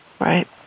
Right